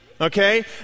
okay